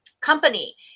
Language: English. company